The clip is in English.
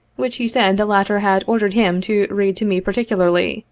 which he said the latter had ordered him to read to me particularly,